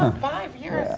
ah five years!